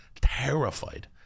terrified